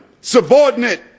subordinate